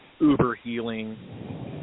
uber-healing